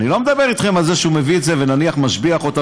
אני לא מדבר אתכם על זה שהוא מביא אותה ונניח משביח אותה,